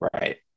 Right